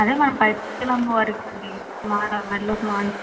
అదే మన పైడితల్లి అమ్మవారికి అండీ మాల మెల్లోకి మాల